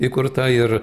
įkurta ir